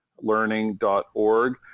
learning.org